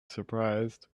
surprised